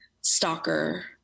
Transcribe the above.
stalker